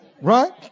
Right